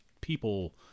people